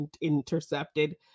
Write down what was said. intercepted